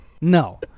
No